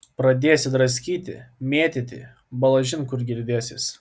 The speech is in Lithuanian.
pradėsi draskyti mėtyti balažin kur girdėsis